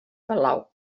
palau